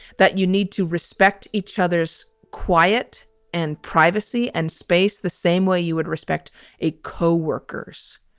that you need to respect each other's quiet and privacy and space the same way you would respect a co-workers.